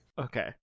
Okay